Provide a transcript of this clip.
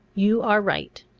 you are right.